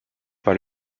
par